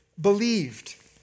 believed